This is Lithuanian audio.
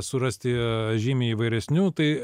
surasti žymiai įvairesnių tai aš tai